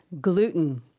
gluten